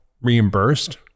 reimbursed